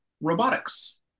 robotics